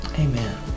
Amen